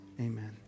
amen